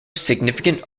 significant